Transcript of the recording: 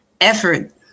effort